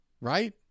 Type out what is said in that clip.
Right